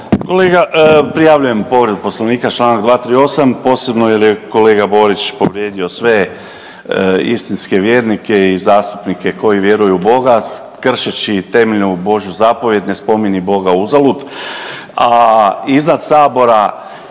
Kolega prijavljujem povredu Poslovnika članak 238. posebno jer je kolega Borić povrijedio sve istinske vjernike i zastupnike koji vjeruju u boga kršeći temeljnu božju zapovijed ne spominji boga uzalud. A iznad Sabora